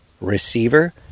receiver